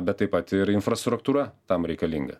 bet taip pat ir infrastruktūra tam reikalinga